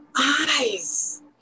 eyes